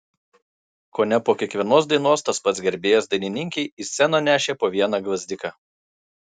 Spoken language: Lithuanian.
kone po kiekvienos dainos tas pats gerbėjas dainininkei į sceną nešė po vieną gvazdiką